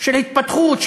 של התפתחות,